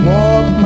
Walk